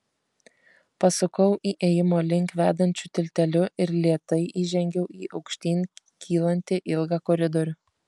pasukau įėjimo link vedančiu tilteliu ir lėtai įžengiau į aukštyn kylantį ilgą koridorių